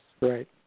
Right